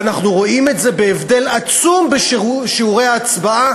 ואנחנו רואים את זה בהבדל עצום בשיעורי ההצבעה